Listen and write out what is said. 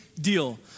deal